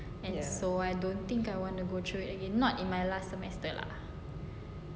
and so I don't think I want to join again not in my last semester lah